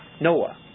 Noah